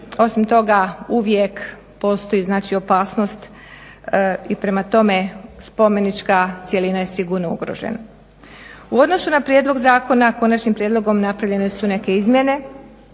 osim toga uvijek postoji znači opasnost. I prema tome, spomenička cjelina je sigurno ugrožena. U odnosu na prijedlog zakona konačnim prijedlogom napravljene su neke izmjene